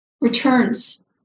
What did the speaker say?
returns